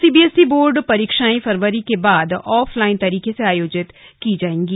CBSE board परीक्षाएं फरवरी के बाद ऑफ लाइन तरीके से आयोजित की जाएंगी